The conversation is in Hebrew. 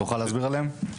תוכל להסביר עליהם?